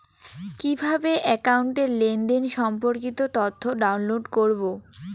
কিভাবে একাউন্টের লেনদেন সম্পর্কিত তথ্য ডাউনলোড করবো?